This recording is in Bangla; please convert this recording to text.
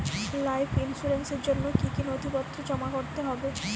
লাইফ ইন্সুরেন্সর জন্য জন্য কি কি নথিপত্র জমা করতে হবে?